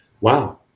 wow